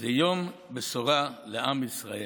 זה יום בשורה לעם ישראל.